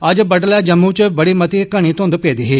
अज्ज बड़ुलै जम्मू बी बड़ी मती घनी धूंध पेदी ही